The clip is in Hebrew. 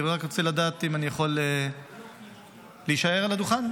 אני באמת רוצה לדעת אם אני יכול להישאר על הדוכן.